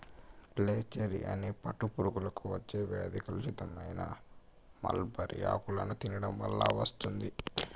flacherie అనే పట్టు పురుగులకు వచ్చే వ్యాధి కలుషితమైన మల్బరీ ఆకులను తినడం వల్ల వస్తుంది